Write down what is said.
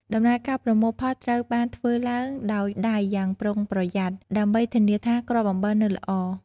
ដំណើរការប្រមូលផលត្រូវបានធ្វើឡើងដោយដៃយ៉ាងប្រុងប្រយ័ត្នដើម្បីធានាថាគ្រាប់អំបិលនៅល្អ។